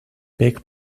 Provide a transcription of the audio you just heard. big